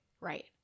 Right